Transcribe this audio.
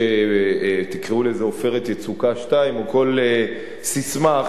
תקראו לזה "עופרת יצוקה 2" או כל ססמה אחרת,